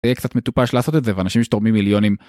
קצת מטופש לעשות את זה, ואנשים שתורמים מיליונים.